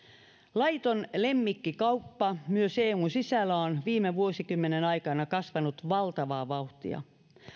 laiton lemmikkikauppa myös eun sisällä on viime vuosikymmenen aikana kasvanut valtavaa vauhtia